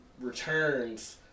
Returns